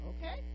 Okay